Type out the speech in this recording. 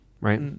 right